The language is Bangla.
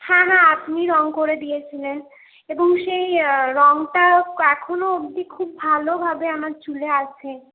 হ্যাঁ হ্যাঁ আপনি রঙ করে দিয়েছিলেন এবং সেই রঙটা এখনও অব্দি খুব ভালোভাবে আমার চুলে আছে